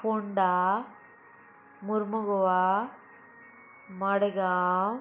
Ponda Mormugao Madgaon